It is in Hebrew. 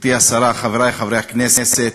גברתי השרה, חברי חברי הכנסת,